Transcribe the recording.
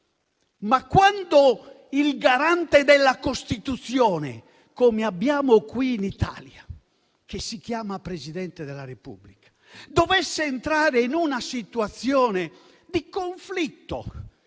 Quando però il garante della Costituzione, come abbiamo qui in Italia, che si chiama Presidente della Repubblica, dovesse entrare in una situazione di conflitto